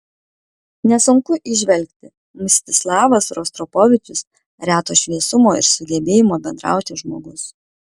nesunku įžvelgti mstislavas rostropovičius reto šviesumo ir sugebėjimo bendrauti žmogus